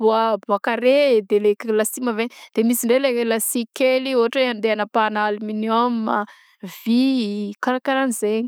boa boa kare de leg- lasia maventy de misy ndraiky le lasia kely ôhatra hoe andeha agnapahana aluminium a vy karakara an'zegny.